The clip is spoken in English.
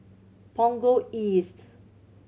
Punggol East